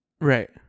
Right